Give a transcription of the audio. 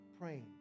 praying